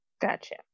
Gotcha